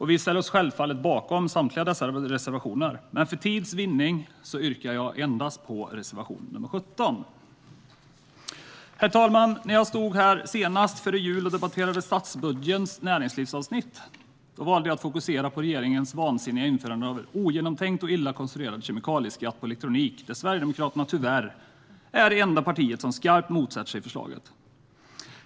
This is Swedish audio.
Vi ställer oss självfallet bakom samtliga dessa reservationer, men för tids vinnande yrkar jag endast bifall till reservation 17. Herr talman! När jag stod här senast, före jul, och debatterade statsbudgetens näringslivsavsnitt valde jag att fokusera på regeringens vansinniga införande av en ogenomtänkt och en illa konstruerad kemikalieskatt på elektronik, där Sverigedemokraterna tyvärr är det enda parti som skarpt motsätter sig förslaget.